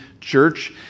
church